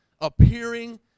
appearing